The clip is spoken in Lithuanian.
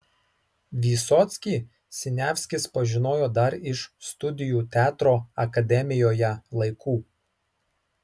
vysockį siniavskis pažinojo dar iš studijų teatro akademijoje laikų